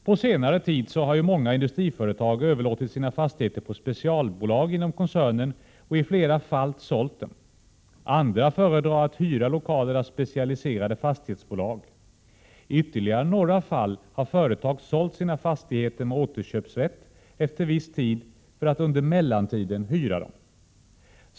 På senare tid har ju många industriföretag överlåtit sina fastigheter på specialbolag inom koncernen och i flera fall sålt dem. Andra föredrar att hyra lokaler av specialiserade fastighetsbolag. I ytterligare några fall har företag sålt sina fastigheter med återköpsrätt efter viss tid för att under mellantiden hyra dem.